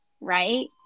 right